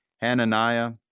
Hananiah